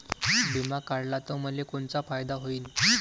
बिमा काढला त मले कोनचा फायदा होईन?